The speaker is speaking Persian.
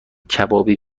کبابی